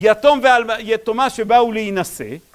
יתום ויתומה שבאו להינשא